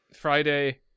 Friday